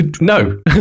No